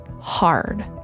hard